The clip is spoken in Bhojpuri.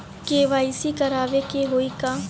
के.वाइ.सी करावे के होई का?